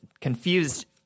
confused